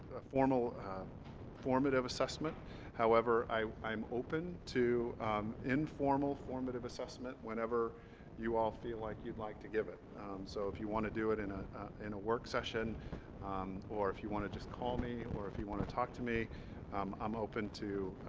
formative assessment however i'm open to informal formative assessment whenever you all feel like you'd like to give it so if you want to do it in a in a work session um or if you want to just call me or if you want to talk to me um i'm open to